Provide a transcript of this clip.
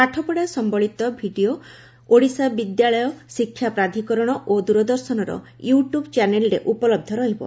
ପାଠପଢ଼ା ସମ୍ୟଳିତ ଭିଡ଼ିଓ ଓଡ଼ିଶା ବିଦ୍ୟାଳୟ ଶିକ୍ଷା ପ୍ରାଧ୍କରଣ ଓ ଦୂରଦର୍ଶନର ୟୁ ଟ୍ୟୁବ୍ ଚ୍ୟାନେଲରେ ଉପଲହ୍ସ ରହିବ